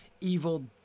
Evil